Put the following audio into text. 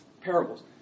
parables